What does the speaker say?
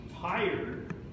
Tired